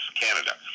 Canada